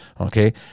Okay